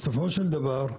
בסופו של דבר,